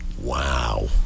Wow